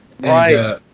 Right